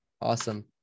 Awesome